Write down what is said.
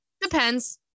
Depends